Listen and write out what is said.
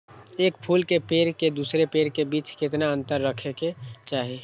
एक फुल के पेड़ के दूसरे पेड़ के बीज केतना अंतर रखके चाहि?